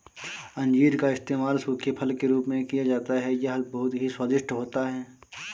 अंजीर का इस्तेमाल सूखे फल के रूप में किया जाता है यह बहुत ही स्वादिष्ट होता है